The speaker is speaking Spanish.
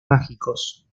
mágicos